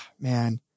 man